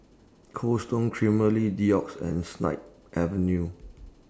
Cold Stone Creamery Doux and Snip Avenue